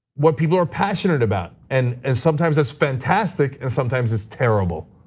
what people are passionate about and and sometimes that's fantastic and sometimes it's terrible.